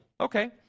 okay